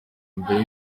mbere